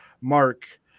mark